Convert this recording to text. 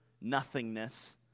nothingness